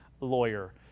lawyer